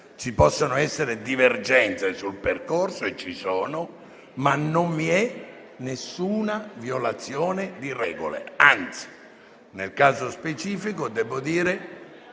Ci possono essere divergenze sul percorso, e ci sono, ma non vi è nessuna violazione di regole, anzi, nel caso specifico devo dire